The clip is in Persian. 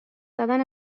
زدن